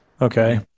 Okay